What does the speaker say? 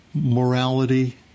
morality